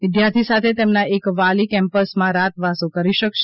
વિદ્યાર્થી સાથે તેમના એક વાલી કેમ્પસમાં રાતવાસો કરી શકશે